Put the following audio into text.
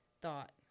thought